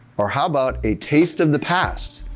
or how about a taste of the past,